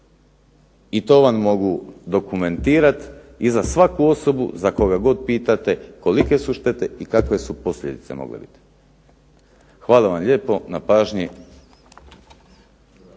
I to vam mogu dokumentirati i za svaku osobu za koga god pitate kolike su štete i kakve su posljedice mogle biti. Hvala vam lijepo na pažnji.